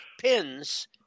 pins